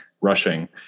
rushing